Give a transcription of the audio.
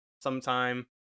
Sometime